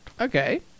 Okay